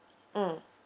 mm